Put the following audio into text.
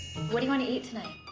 what do you want to eat tonight?